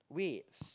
wait